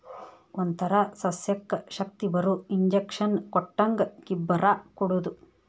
ಒಂತರಾ ಸಸ್ಯಕ್ಕ ಶಕ್ತಿಬರು ಇಂಜೆಕ್ಷನ್ ಕೊಟ್ಟಂಗ ಗಿಬ್ಬರಾ ಕೊಡುದು